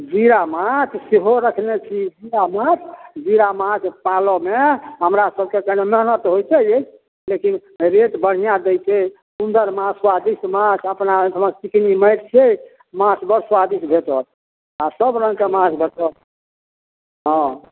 जीरा माछ सेहो रखने छी जीरा माछ जीरा माछ पालऽमे हमरा सभके कनि मेहनत होइत छै लेकिन रेट बढ़िआँ दै छै सुन्दर माछ स्वादिष्ट माछ अपना एहिठिमा चिकनी माटि छै माछ बड़ स्वादिष्ट भेटत आ सब रङ्गके माछ भेटत हँ